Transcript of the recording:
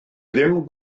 ddim